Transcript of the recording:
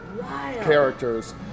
characters